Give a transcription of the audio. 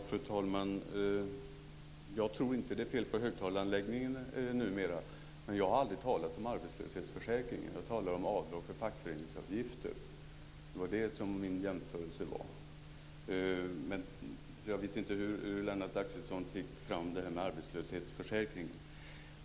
Fru talman! Jag tror inte att det numera är fel på högtalaranläggningen. Jag har aldrig talat om arbetslöshetsförsäkring utan om avdrag för fackföreningsavgifter. Det var min jämförelse. Jag vet inte hur Lennart Axelsson fick fram jämförelsen med arbetslöshetsförsäkring.